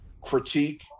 critique